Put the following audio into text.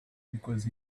because